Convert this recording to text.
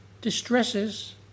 distresses